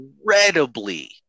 incredibly